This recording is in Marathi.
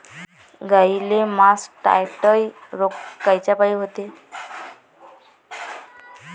गाईले मासटायटय रोग कायच्यापाई होते?